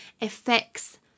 affects